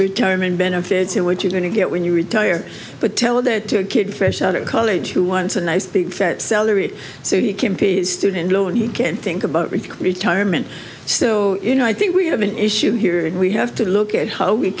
retirement benefits and what you're going to get when you retire but tell that to a kid fresh out of college who wants a nice big fat salary so he can be a student loan you can think about your retirement so you know i think we have an issue here and we have to look at how we